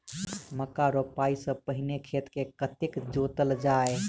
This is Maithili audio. मक्का रोपाइ सँ पहिने खेत केँ कतेक जोतल जाए?